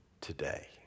today